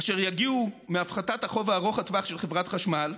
אשר יגיעו מהפחתת החוב ארוך הטווח של חברת החשמל,